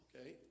okay